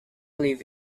live